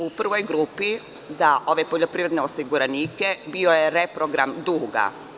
U prvoj grupi, za ove poljoprivredne osiguranike, bio je reprogram duga.